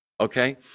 Okay